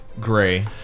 Gray